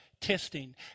testing